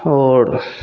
आओर